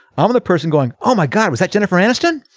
um i'm the person going oh my god. was that jennifer aniston.